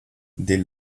dès